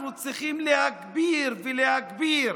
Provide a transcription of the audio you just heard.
אנחנו צריכים להגביר ולהגביר